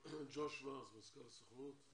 מזכ"ל הסוכנות, ג'וש שוורץ.